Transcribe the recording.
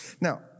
Now